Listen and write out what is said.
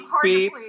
please